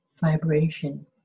vibration